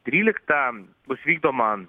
tryliktą bus vykdoma